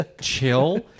chill